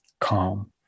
calm